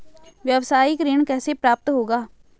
व्यावसायिक ऋण कैसे प्राप्त होगा?